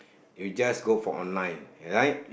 you just go for online right